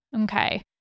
Okay